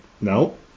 no